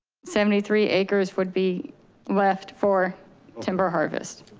seventy three acres would be left for timber harvest.